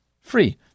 free